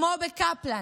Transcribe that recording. כמו בקפלן,